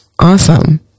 awesome